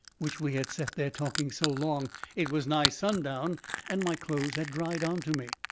which we had set there talking so long it was nigh sundown and my clothes had dried onto me.